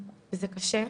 זה קשה.